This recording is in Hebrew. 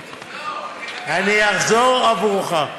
לא, אני אחזור עבורך.